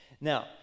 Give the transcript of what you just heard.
Now